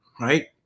right